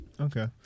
Okay